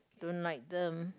don't like them